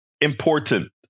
important